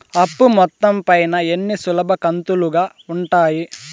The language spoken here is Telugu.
అప్పు మొత్తం పైన ఎన్ని సులభ కంతులుగా ఉంటాయి?